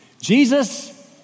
Jesus